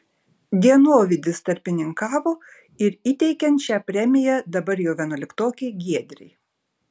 dienovidis tarpininkavo ir įteikiant šią premiją dabar jau vienuoliktokei giedrei